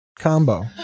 Combo